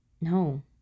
No